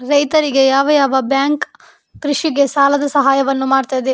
ರೈತರಿಗೆ ಯಾವ ಯಾವ ಬ್ಯಾಂಕ್ ಕೃಷಿಗೆ ಸಾಲದ ಸಹಾಯವನ್ನು ಮಾಡ್ತದೆ?